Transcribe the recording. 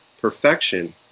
perfection